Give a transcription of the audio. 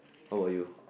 how about you